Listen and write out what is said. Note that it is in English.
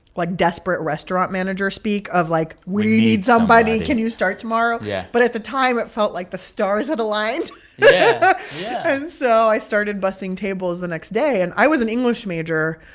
like, desperate restaurant manager speak of, like. we need somebody can you start tomorrow? yeah but at the time, it felt like the stars had aligned yeah, but yeah and so i started bussing tables the next day. and i was an english major.